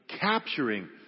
Capturing